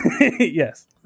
Yes